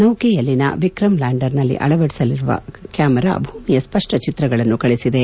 ನೌಕೆಯಲ್ಲಿನ ವಿಕ್ರಂ ಲ್ಯಾಂಡರ್ನಲ್ಲಿ ಅಳವಡಿಸಿರುವ ಕ್ಯಾಮರಾ ಭೂಮಿಯ ಸ್ಪಷ್ಟ ಚಿತ್ರಗಳನ್ನು ಕಳಿಸಿದೆ